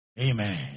Amen